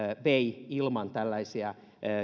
vei ilman tällaisia